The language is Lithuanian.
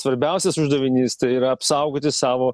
svarbiausias uždavinys yra apsaugoti savo